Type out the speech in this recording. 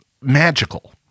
magical